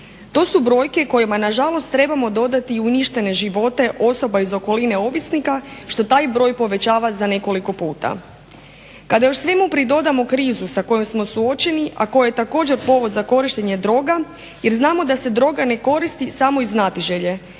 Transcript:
To su brojke kojima na žalost trebamo dodati i uništene živote osoba iz okoline ovisnika, što taj broj povećava za nekoliko puta. Kada još svemu pridodamo krizu sa kojom smo suočeni, a koja je također povod za korištenje droga, jer znamo da se droga ne koristi samo iz znatiželje,